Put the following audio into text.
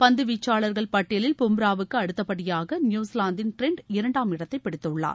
பந்துவீச்சாளர்கள் பட்டியலில் பும்ராவுக்கு அடுத்த படியாக நியூசிலாந்தின் ட்ரென்ட் இரண்டாம் இடத்தை பிடித்துள்ளார்